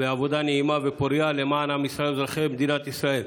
ועבודה נעימה ופורייה למען ישראל ואזרחי מדינת ישראל.